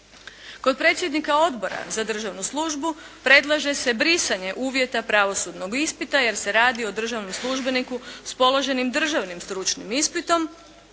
Kod predsjednika Odbora za državnu službu predlaže se brisanje uvjeta pravosudnog ispita jer se radi o državnom službeniku s položenim državnim stručnim ispitom